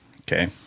Okay